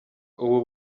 ubu